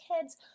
kids